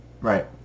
right